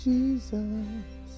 Jesus